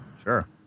Sure